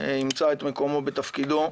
ימצא את מקומו בתפקידו.